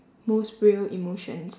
most real emotions